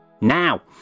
Now